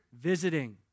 visiting